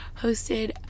hosted